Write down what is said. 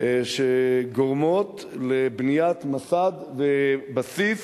גורמות לבניית מסד ובסיס.